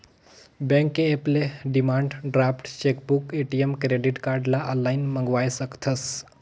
bank के app ले demand draft, chequebook, ATM, credit card ल आनलाइन मंगवाये सकथस